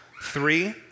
Three